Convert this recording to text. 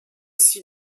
six